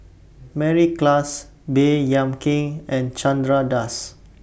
Mary Klass Baey Yam Keng and Chandra Das